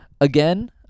again